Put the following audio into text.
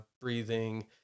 breathing